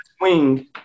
wing